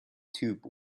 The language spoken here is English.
tube